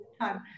time